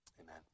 Amen